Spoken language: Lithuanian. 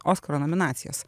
oskaro nominacijos